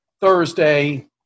Thursday